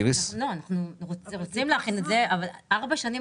הבעיה היא בחלופות, אדוני היושב-ראש.